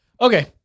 okay